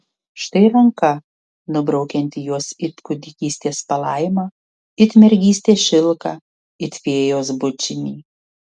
štai ranka nubraukianti juos it kūdikystės palaimą it mergystės šilką it fėjos bučinį